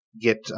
get